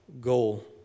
goal